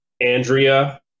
Andrea